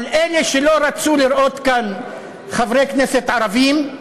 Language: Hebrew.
אבל אלה שלא רצו לראות כאן חברי כנסת ערבים,